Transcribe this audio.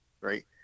Right